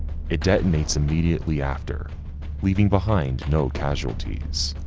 it detonates immediately after leaving behind no casualties.